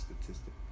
statistic